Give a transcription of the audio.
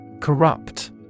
Corrupt